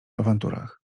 awanturach